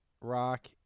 Rock